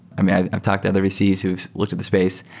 i mean, i've talked to other vcs who looked at this space,